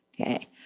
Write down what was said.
Okay